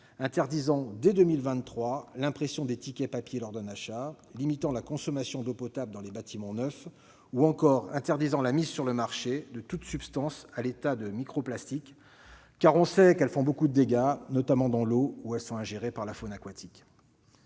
interdisant, dès 2023, l'impression des tickets papier lors d'un achat, restreignant la consommation d'eau potable dans les bâtiments neufs ou encore prohibant la mise sur le marché de toute substance en l'état de microplastiques, dont on sait qu'ils font beaucoup de dégâts, notamment lorsqu'ils sont ingérés par la faune aquatique.